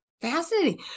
Fascinating